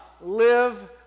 live